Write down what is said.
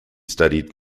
studied